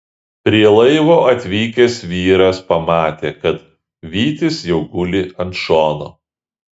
prie laivo atvykęs vyras pamatė kad vytis jau guli ant šono